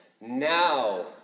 now